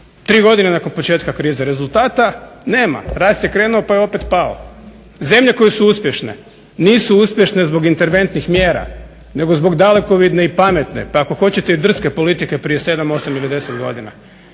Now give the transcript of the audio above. tri godine nakon početka krize. Rezultata nema. Rast je krenuo, pa je opet pao. Zemlje koje su uspješne nisu uspješne zbog interventnih mjera, nego zbog dalekovidne i pametne, pa ako hoćete i drske politike prije sedam, osam ili deset godina.